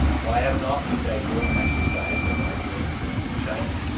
why have not these ideals exercised a larger influence in china?